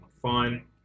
Fun